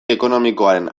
ekonomikoaren